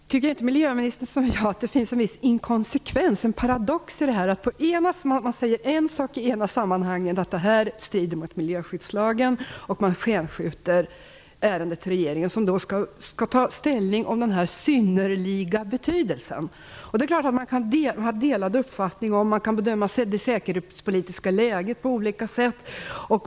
Herr talman! Men tycker inte miljöministern som jag att det finns en viss inkonsekvens, en paradox, i det här? I det ena sammanhanget säger man en sak. Det här strider mot miljöskyddslagen. Man hänskjuter ärendet till regeringen som skall ta ställning om den här synnerliga betydelsen. Det är klart att man kan ha delade uppfattningar och att man kan bedöma det säkerhetspolitiska läget på olika sätt.